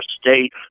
State